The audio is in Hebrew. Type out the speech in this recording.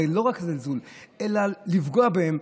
ולא רק זלזול אלא לפגוע בהם,